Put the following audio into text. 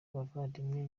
n’umuvandimwe